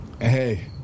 Hey